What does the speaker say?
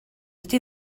ydy